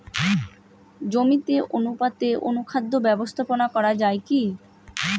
জমিতে অনুপাতে অনুখাদ্য ব্যবস্থাপনা করা য়ায় কি?